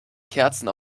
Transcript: kerzen